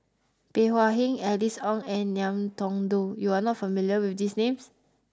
Bey Hua Heng Alice Ong and Ngiam Tong Dow you are not familiar with these names